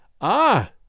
Ah